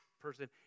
person